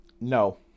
No